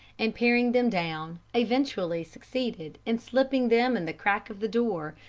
and paring them down, eventually succeeded in slipping them in the crack of the door,